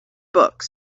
books